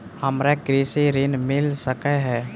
हमरा कृषि ऋण मिल सकै है?